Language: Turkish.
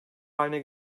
haline